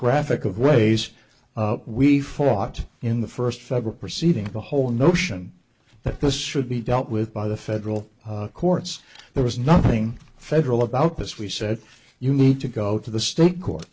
graphic of ways we fought in the first several proceedings the whole notion that this should be dealt with by the federal courts there was nothing federal about this we said you need to go to the state court